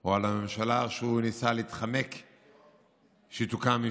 או על הממשלה שהוא ניסה להתחמק מזה שהיא תוקם,